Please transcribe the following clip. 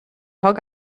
hog